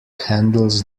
handles